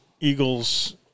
Eagles –